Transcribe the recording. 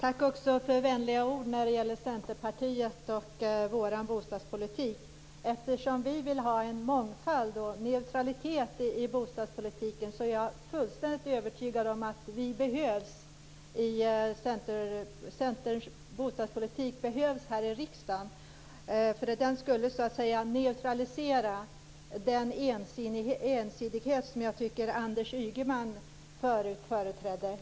Fru talman! Jag vill tacka för de vänliga orden om Centerpartiet och vår bostadspolitik. Eftersom vi vill ha mångfald och neutralitet i bostadspolitiken är jag fullständigt övertygad om att Centerns bostadspolitik behövs här i riksdagen. Den neutraliserar nämligen den ensidighet som jag tycker att Anders Ygeman företrädde förut.